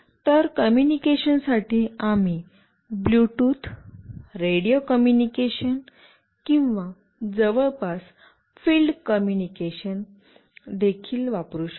तर कॉम्यूनिकेशनसाठी आम्ही ब्लूटूथ रेडिओ कॉम्यूनिकेशन किंवा जवळपास फील्ड कॉम्यूनिकेशन देखील वापरू शकतो